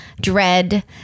dread